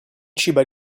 ciba